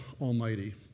Almighty